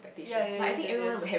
ya ya yes yes yes